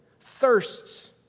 thirsts